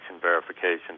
verification